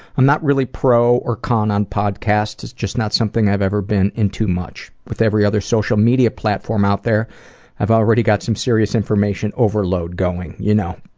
i'm not really pro or con on podcasts, it's just not something i've ever been into much. with every other social media platform out there i've already got some serious information overload going, you know.